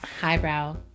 highbrow